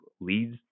leads